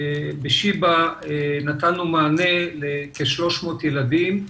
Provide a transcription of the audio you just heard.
בשיבא נתנו מענה לכ-300 ילדים,